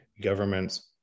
governments